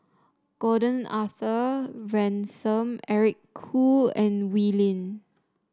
Gordon Arthur Ransome Eric Khoo and Wee Lin